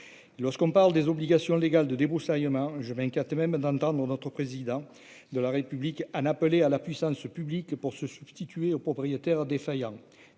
lorsqu'on parle des obligations légales de débroussaillement je m'inquiète même dans le temps, nous notre président de la République Anne appeler à la puissance publique pour se substituer aux propriétaires défaillants,